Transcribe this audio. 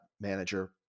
manager